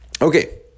Okay